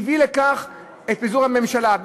את פיזור הממשלה,